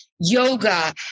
yoga